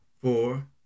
Four